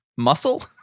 Muscle